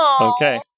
Okay